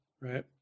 right